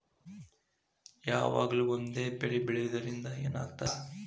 ಯಾವಾಗ್ಲೂ ಒಂದೇ ಬೆಳಿ ಬೆಳೆಯುವುದರಿಂದ ಏನ್ ಆಗ್ತದ?